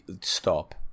stop